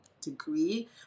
degree